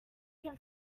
can